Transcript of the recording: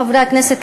חברי הכנסת,